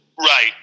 right